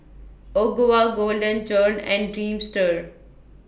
Ogawa Golden Churn and Dreamster